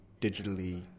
digitally